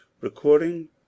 Recording